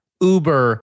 Uber